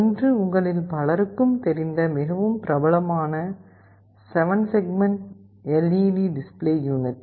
ஒன்று உங்களில் பலருக்குத் தெரிந்த மிகவும் பிரபலமான 7 செக்மெண்ட் எல்ஈடி டிஸ்ப்ளே யூனிட்